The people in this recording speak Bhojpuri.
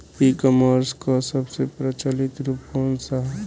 ई कॉमर्स क सबसे प्रचलित रूप कवन सा ह?